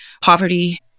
poverty